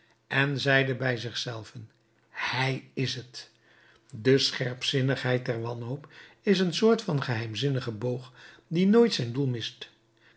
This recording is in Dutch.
en zeide bij zich zelven hij is t de scherpzinnigheid der wanhoop is een soort van geheimzinnige boog die nooit zijn doel mist